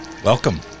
Welcome